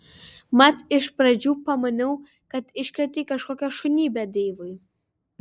mat iš pradžių pamaniau kad iškrėtei kažkokią šunybę deivui